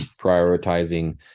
prioritizing